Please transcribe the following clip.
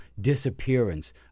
disappearance